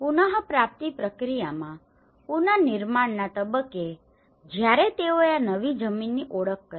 પુનપ્રાપ્તિ પ્રક્રિયામાં પુનર્નિર્માણના તબક્કે જ્યારે તેઓએ આ નવી જમીનની ઓળખ કરી